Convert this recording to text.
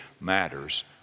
matters